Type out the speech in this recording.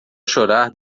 chorar